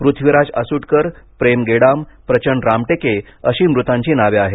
पृथ्वीराज आसुटकर प्रेम गेडाम प्रचन रामटेके अशी मृतांची नावे आहेत